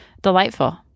delightful